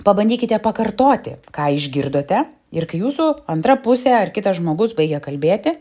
pabandykite pakartoti ką išgirdote ir kai jūsų antra pusė ar kitas žmogus baigia kalbėti